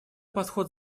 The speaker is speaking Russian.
подход